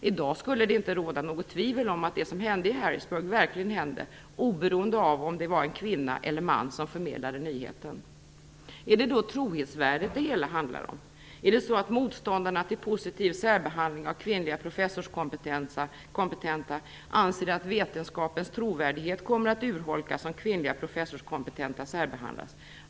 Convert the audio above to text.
I dag skulle det inte råda något tvivel om att det som hände i Harrisburg verkligen hände - oberoende av om det var en kvinna eller man som förmedlade nyheten. Är det då trovärdigheten det hela handlar om? Är det så att motståndarna till positiv särbehandling av kvinnliga professorskompetenta anser att vetenskapens trovärdighet kommer att urholkas om kvinnliga professorskompetenta särbehandlas?